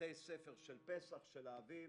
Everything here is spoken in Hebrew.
בתי ספר של פסח, של האביב,